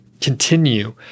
continue